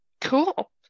Cool